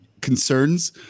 concerns